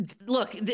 look